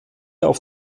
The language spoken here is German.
auf